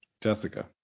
Jessica